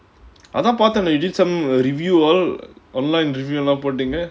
I know one time they did some um review ah online review லாம் போட்டீங்க:laam potteenga